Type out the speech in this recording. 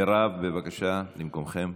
אבי ניסנקורן, בבקשה, מירב, בבקשה, למקומכם.